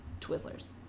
Twizzlers